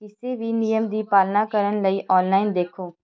ਕਿਸੇ ਵੀ ਨਿਯਮ ਦੀ ਪਾਲਣਾ ਕਰਨ ਲਈ ਔਨਲਾਈਨ ਦੇਖੋ